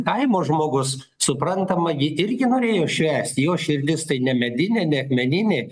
kaimo žmogus suprantama gi irgi norėjo švęsti jo širdis tai ne medinė ne akmeninė